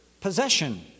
possession